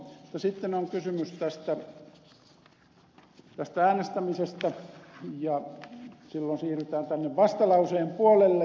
sitten on kysymys tästä äänestämisestä ja silloin siirrytään tänne vastalauseen puolelle